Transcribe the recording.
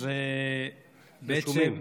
אז בעצם,